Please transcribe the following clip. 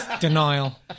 Denial